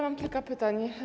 Mam kilka pytań.